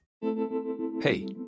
Hey